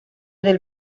del